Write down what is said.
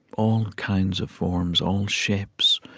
all kinds of forms, all shapes,